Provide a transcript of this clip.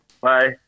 Bye